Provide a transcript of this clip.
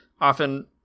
often